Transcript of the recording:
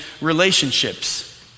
relationships